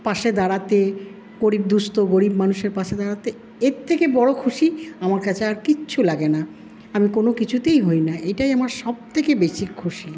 পাশে দাঁড়াতে গরিব দুঃস্থ গরিব মানুষের পাশে দাঁড়াতে এর থেকে বড়ো খুশি আমার কাছে আর কিচ্ছু লাগে না আমি কোনো কিছুতেই হই না এটাই আমার সব থেকে বেশি খুশি